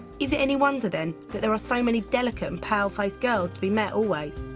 is it any wonder then that there are so many delicate and pale-faced girls to be met always.